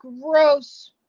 gross